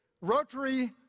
Rotary